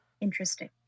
Interesting